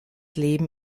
leben